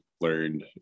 learned